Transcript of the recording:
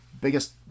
biggest